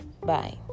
Bye